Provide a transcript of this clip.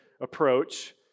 approach